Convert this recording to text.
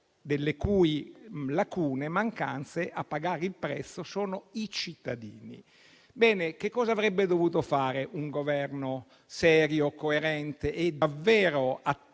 delle cui lacune e mancanze a pagare il prezzo sono i cittadini. Bene, che cosa avrebbe dovuto fare un Governo serio, coerente e davvero attento